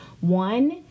One